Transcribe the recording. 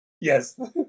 yes